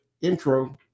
intro